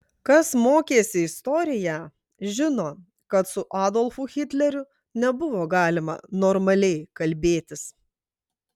kas mokėsi istoriją žino kad su adolfu hitleriu nebuvo galima normaliai kalbėtis